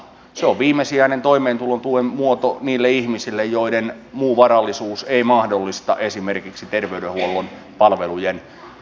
se on viimesijainen toimeentulon muoto niille ihmisille joiden muu varallisuus ei mahdollista esimerkiksi terveydenhuollon palvelujen käyttöä